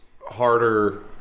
harder